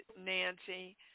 Nancy